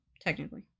technically